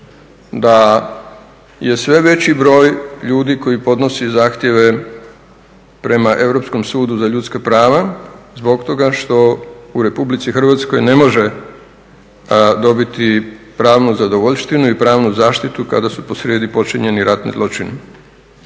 da je sve veći broj ljudi koji podnose zahtjeve prema Europskom sudu za ljudska prava zbog toga što u Republici Hrvatskoj ne može dobiti pravnu zadovoljštinu i pravnu zaštitu kada su posrijedi počinjeni ratni zločini,